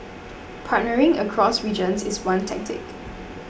partnering across regions is one tactic